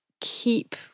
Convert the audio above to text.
keep